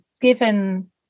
given